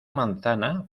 manzana